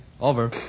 Over